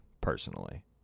personally